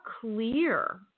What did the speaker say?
clear